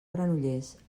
granollers